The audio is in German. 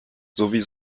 sowie